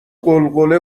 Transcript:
غلغله